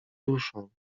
duszą